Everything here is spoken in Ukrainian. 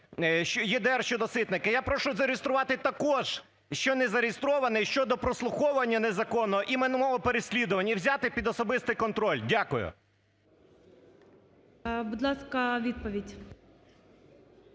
ЄДР щодо Ситника. Я прошу зареєструвати також, що не зареєстровано, щодо прослуховування незаконного і мого переслідування, і взяти під особистий контроль. Дякую. ГОЛОВУЮЧИЙ. Будь ласка, відповідь.